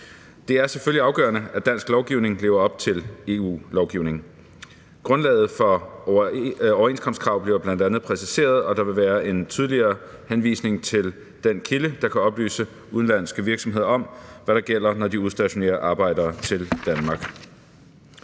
Det er selvfølgelig afgørende, at dansk lovgivning lever op til EU-lovgivning. Grundlaget for overenskomstkrav bliver bl.a. præciseret, og der vil være en tydeligere henvisning til den kilde, der kan oplyse udenlandske virksomheder om, hvad der gælder, når de udstationerer arbejdere til Danmark.